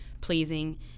pleasing